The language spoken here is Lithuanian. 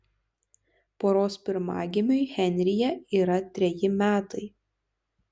poros pirmagimiui henryje yra treji metai